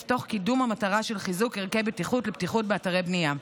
תוך קידום המטרה של חיזוק ערכי בטיחות באתרי בנייה.